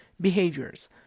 behaviors